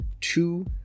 two